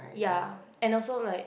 ya and also like